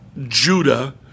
Judah